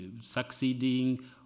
succeeding